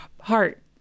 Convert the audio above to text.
heart